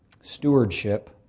stewardship